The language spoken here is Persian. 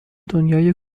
دنیای